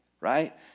right